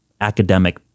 academic